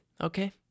okay